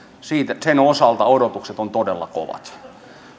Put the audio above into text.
ja sen osalta odotukset ovat todella kovat